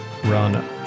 run